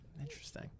Interesting